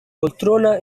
poltrona